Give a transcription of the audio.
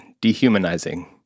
dehumanizing